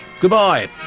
goodbye